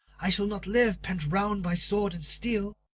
i shall not live pent round by sword and steel.